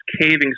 caving